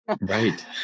Right